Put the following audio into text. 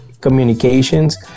communications